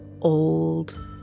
old